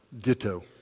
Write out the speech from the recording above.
Ditto